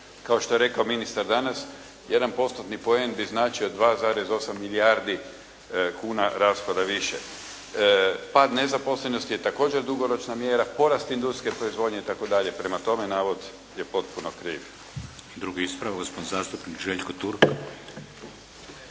Kao što je rekao ministar danas jedan postotni poen bi značio 2,8 milijardi kuna rashoda više. Pad nezaposlenosti je također dugoročna mjera, porast industrijske proizvodnje itd. Prema tome, navod je potpuno kriv. **Šeks, Vladimir (HDZ)** Drugi ispravak, gospodin zastupnik Željko Turk.